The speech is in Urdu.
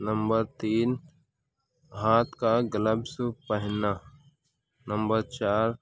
نمبر تین ہاتھ کا گلبس پہننا نمبر چار